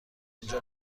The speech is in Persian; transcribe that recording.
اینجا